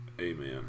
Amen